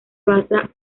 basa